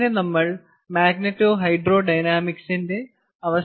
അങ്ങനെ നമ്മൾ മാഗ്നെറ്റോഹൈഡ്രോഡൈനാമിക്സിന്റെ അവസാനത്തിൽ എത്തിയിരിക്കുന്നു